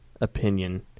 opinion